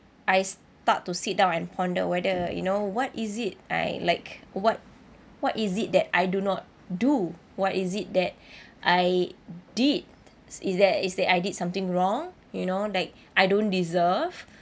I start to sit down and ponder whether you know what is it I like what what is it that I do not do what is it that I did is there is there I did something wrong you know like I don't deserve